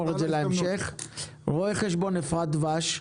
רו"ח אפרת דבש,